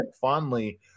fondly